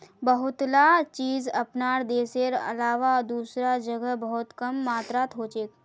बहुतला चीज अपनार देशेर अलावा दूसरा जगह बहुत कम मात्रात हछेक